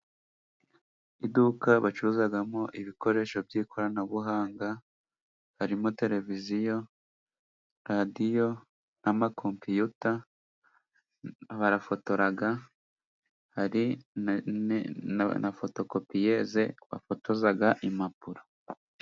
Iduka bacuruzamo ibikoresho by'ikoranabuhanga harimo televiziyo, radiyo na makompiyuta. Barafotora hari na fotokopiyeze bafotoza impapuro.